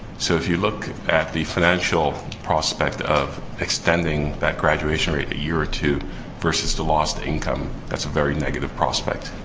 so, if you look at the financial prospect of extending that graduation rate a year or two versus the lost income, that's a very negative prospect.